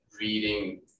reading